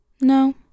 No